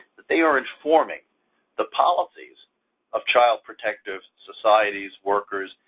that they are informing the policies of child protective societies, workers,